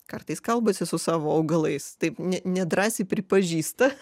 kartais kalbasi su savo augalais taip ne nedrąsiai pripažįsta